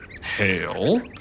hail